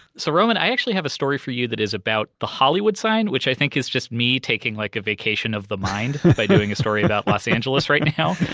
so roman, i actually have a story for you that is about the hollywood sign, which i think is just me taking like a vacation of the mind by doing a story about los angeles right now.